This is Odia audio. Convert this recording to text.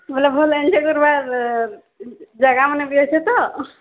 ବେଲେ ଭଲ୍ ଏଞ୍ଜଏ କର୍ବାର୍ ଜାଗାମାନେ ବି ଅଛେ ତ